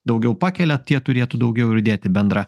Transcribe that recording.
daugiau pakelia tie turėtų daugiau ir dėt į bendrą